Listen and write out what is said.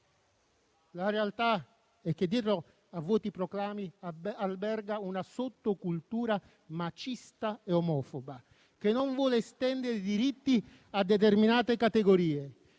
La realtà è che, dietro a vuoti proclami, alberga una sottocultura machista e omofoba, che non vuole estendere i diritti a determinate categorie.